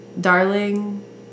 darling